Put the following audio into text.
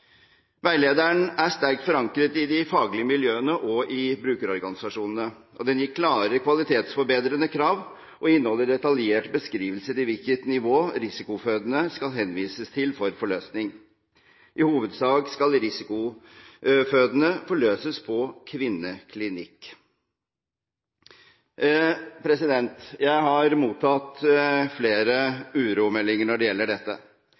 Veilederen er sterkt forankret i de faglige miljøene og i brukerorganisasjonene. Den gir klare kvalitetsforbedrende krav og inneholder detaljert beskrivelse til hvilket nivå risikofødende skal henvises til for forløsning. I hovedsak skal risikofødende forløses på kvinneklinikk. Jeg har mottatt flere uromeldinger når det gjelder dette.